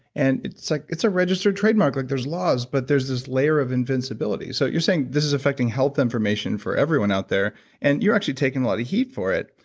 and it's like it's a registered trademark, like there's laws, but there's this layer of invincibility. so you're saying this is affecting health information for everyone out there and you're actually taking a lot of heat for it.